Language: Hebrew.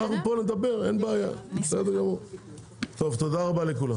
תודה רבה, הישיבה נעולה.